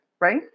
right